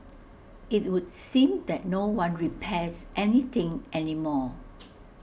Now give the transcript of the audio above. IT would seem that no one repairs any thing any more